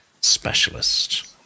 specialist